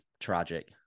tragic